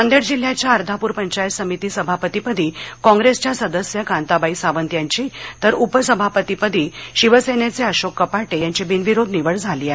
नांदेड जिल्ह्याच्या अर्धापूर पंचायत समिती सभापतीपदी कॉप्रेसच्या सदस्य कांताबाई सावंत यांची तर उपसभापतीपदी शिवसेनेचे अशोक कपाटे यांची बिनविरोध निवड झाली आहे